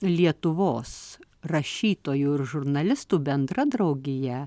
lietuvos rašytojų ir žurnalistų bendra draugija